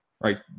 right